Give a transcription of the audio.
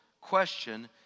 question